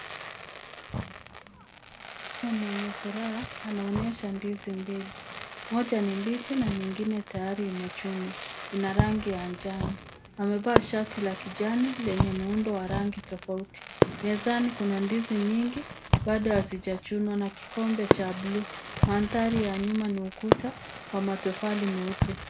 Mama mwenye furaha anaonyesha ndizi mbili. Moja ni mbichi na nyingine tayari imechunwa. Ina rangi ya njano. Amevaa shati la kijani lenye muundo wa rangi tofauti. Mezani kuna ndizi nyingi bado hazijachunwa na kikombe cha bluu. Mandhari ya nyuma ni ukuta wa matofali meupe.